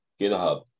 GitHub